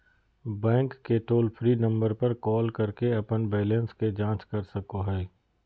bank के toll free number पर call करके अपन बैलेंस के जांच कर सको हइ